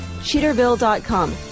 cheaterville.com